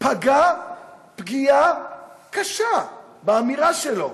פגע פגיעה קשה באמירה שלו,